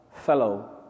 fellow